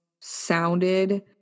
sounded